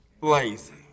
lazy